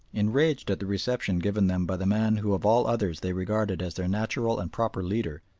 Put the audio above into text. enraged at the reception given them by the man who of all others they regarded as their natural and proper leader,